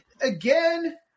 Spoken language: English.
again